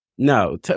No